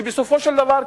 שבסופו של דבר,